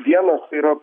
vienas tai yra